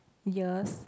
years